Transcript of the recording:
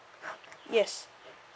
yes